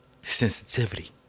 sensitivity